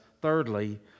thirdly